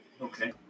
okay